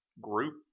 group